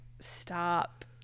stop